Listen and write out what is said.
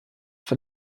von